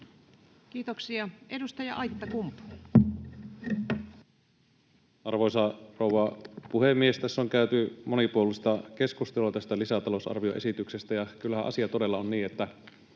Kiitoksia. — Edustaja Aittakumpu. Arvoisa rouva puhemies! Tässä on käyty monipuolista keskustelua tästä lisätalousarvioesityksestä. Ja kyllähän asia todella on niin, että